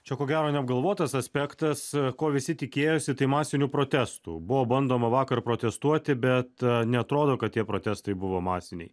čia ko gero neapgalvotas aspektas ko visi tikėjosi tai masinių protestų buvo bandoma vakar protestuoti bet neatrodo kad tie protestai buvo masiniai